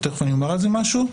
ותכף אומר על זה משהו,